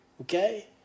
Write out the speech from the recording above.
okay